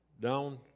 down